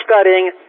studying